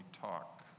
talk